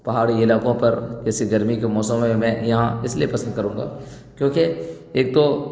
پہاڑی علاقوں پر جیسے گرمی کے موسموں میں میں اس لیے پسند کروں گا کیونکہ ایک تو